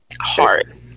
Hard